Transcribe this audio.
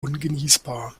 ungenießbar